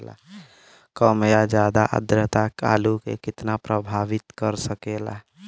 कम या ज्यादा आद्रता आलू के कितना प्रभावित कर सकेला?